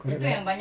correct lah